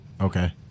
Okay